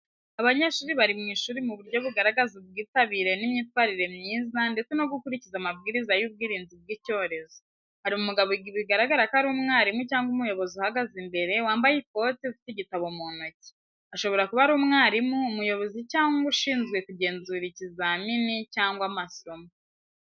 Abanyeshuri bari mu ishuri mu buryo bugaragaza ubwitabire n’imyitwarire myiza, ndetse no gukurikiza amabwiriza y’ubwirinzi bw’icyorezo. Hari umugabo bigaragara ko ari umwarimu cyangwa umuyobozi uhagaze imbere, wambaye ikoti, ufite igitabo mu ntoki. Ashobora kuba ari umwarimu, umuyobozi, cyangwa ushinzwe kugenzura ikizamini cyangwa amasomo.